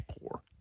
poor